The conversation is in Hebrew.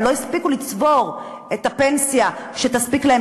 אבל לא הספיקו לצבור את הפנסיה שתספיק להם